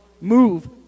move